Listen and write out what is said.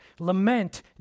Lament